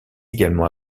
également